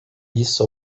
isso